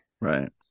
Right